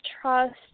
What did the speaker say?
trust